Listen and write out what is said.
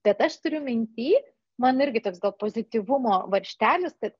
bet aš turiu mintį man irgi toks gal pozityvumo varžtelis kad